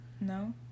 No